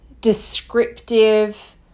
descriptive